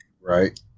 Right